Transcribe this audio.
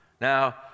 Now